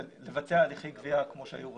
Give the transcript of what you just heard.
ולבצע הליכי גבייה כמו שהיו רוצים.